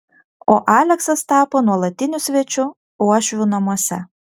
o aleksas tapo nuolatiniu svečiu uošvių namuose